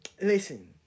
listen